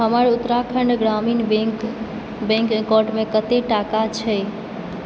हमर उत्तराखण्ड ग्रामीण bank bank account मे कतेक टाका छै